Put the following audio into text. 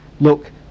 look